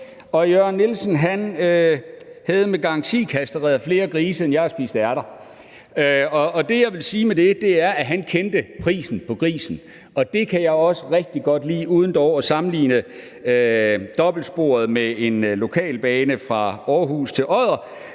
og Jørgen Nielsen har med garanti kastreret flere grise, end jeg har spist ærter. Og det, jeg vil sige med det, er, at han kendte prisen på grisen – og det kan jeg også rigtig godt lide. Uden dog at sammenligne dobbeltsporet med en lokalbane fra Aarhus til Odder